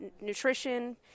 nutrition